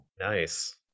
Nice